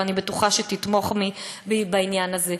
ואני בטוחה שתתמוך בי בעניין הזה.